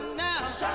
now